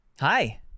Hi